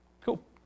Cool